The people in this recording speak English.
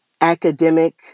academic